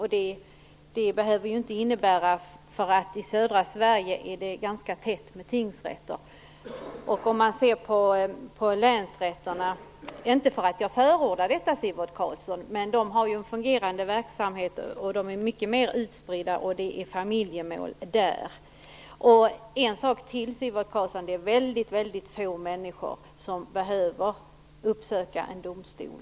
Men det behöver inte innebära problem. I södra Sverige är det ju ganska tätt mellan tingsrätterna. Om man ser på länsrätterna - inte för att jag förordar det, Sivert Carlsson - har de en fungerande verksamhet och är mycket mer utspridda. Där är det också familjemål. En sak till, Sivert Carlsson. Det är mycket få människor som behöver uppsöka en domstol.